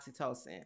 oxytocin